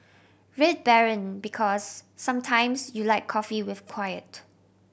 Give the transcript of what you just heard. Red Baron Because sometimes you like coffee with quiet